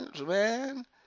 Man